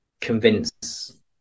convince